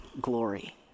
glory